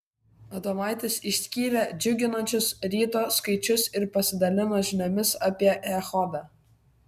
adomaitis išskyrė džiuginančius ryto skaičius ir pasidalino žiniomis apie echodą